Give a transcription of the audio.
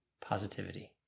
positivity